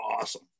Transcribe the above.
awesome